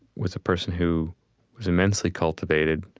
was a person who was immensely cultivated,